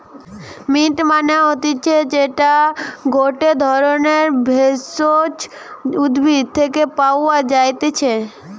mint মানে হতিছে যেইটা গটে ধরণের ভেষজ উদ্ভিদ থেকে পাওয় যাই্তিছে